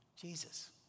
Jesus